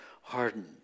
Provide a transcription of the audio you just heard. hardened